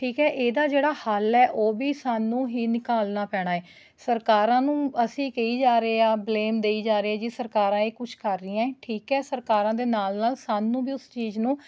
ਠੀਕ ਹੈ ਇਹਦਾ ਜਿਹੜਾ ਹੱਲ ਹੈ ਉਹ ਵੀ ਸਾਨੂੰ ਹੀ ਨਿਕਾਲਣਾ ਪੈਣਾ ਏ ਸਰਕਾਰਾਂ ਨੂੰ ਅਸੀਂ ਕਹੀ ਜਾ ਰਹੇ ਹਾਂ ਬਲੇਂਮ ਦਈ ਜਾ ਰਹੇ ਜੀ ਸਰਕਾਰਾਂ ਇਹ ਕੁਛ ਕਰ ਰਹੀਆਂ ਏ ਠੀਕ ਹੈ ਸਰਕਾਰਾਂ ਦੇ ਨਾਲ ਨਾਲ ਸਾਨੂੰ ਵੀ ਉਸ ਚੀਜ਼ ਨੂੰ